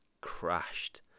crashed